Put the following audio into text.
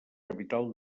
capital